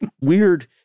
weird